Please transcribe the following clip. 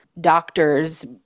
doctors